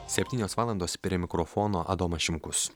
septynios valandos prie mikrofono adomas šimkus